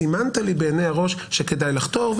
סימנת לי בהינע ראש שכדאי לחתור לסיום,